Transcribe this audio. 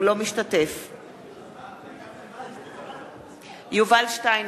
אינו משתתף בהצבעה יובל שטייניץ,